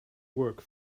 work